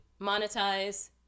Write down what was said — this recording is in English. monetize